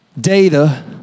data